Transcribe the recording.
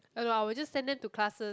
oh no I will just sent them to classes